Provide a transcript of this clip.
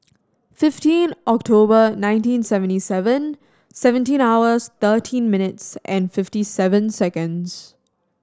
fifteen October nineteen seventy seven seventeen hours thirteen minutes and fifty seven seconds